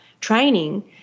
training